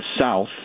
south